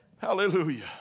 Hallelujah